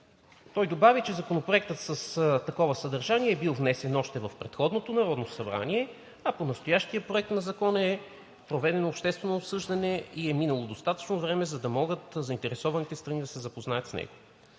Той добави, че законопроект с такова съдържание е бил внесен още в предходното Народно събрание, а по настоящия проект на закон е проведено обществено обсъждане и е минало достатъчно време, за да могат заинтересованите страни да се запознаят с него.